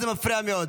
זה מפריע מאוד.